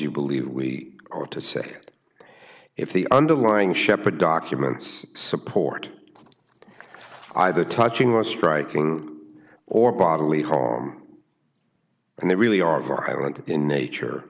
you believe we are to say that if the underlying shephard documents support either touching or striking or bodily harm and they really are violent in nature